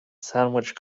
sandwich